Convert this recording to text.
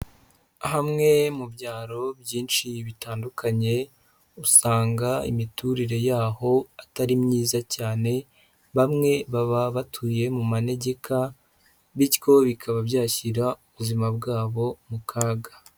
Hamwe mu byaro byinshi bitandukanye, usanga imiturire yaho atari myiza cyane, bamwe baba batuye mu manegeka bityo bikaba byashyira ubuzima bwabo mu kaga.